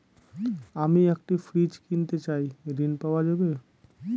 আমি একটি ফ্রিজ কিনতে চাই ঝণ পাওয়া যাবে?